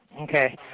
Okay